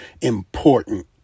important